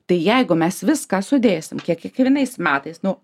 tai jeigu mes viską sudėsim kiek kiekvienais metais nu